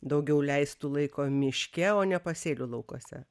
daugiau leistų laiko miške o ne pasėlių laukuose